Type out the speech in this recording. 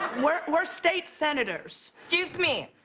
we're we're state senators. excuse me.